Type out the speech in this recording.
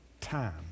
time